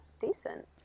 decent